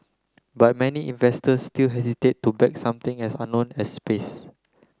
but many investors still hesitate to back something as unknown as space